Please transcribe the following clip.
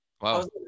wow